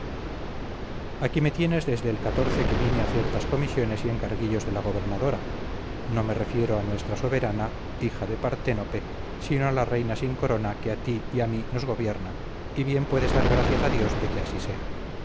aquí me tienes desde el que vine a ciertas comisiones y encarguillos de la gobernadora no me refiero a nuestra soberana hija de partenope sino a la reina sin corona que a ti y a mí nos gobierna y bien puedes dar gracias a dios de que así sea